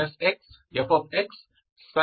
e